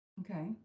okay